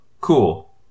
Cool